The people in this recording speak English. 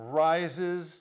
rises